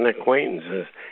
acquaintances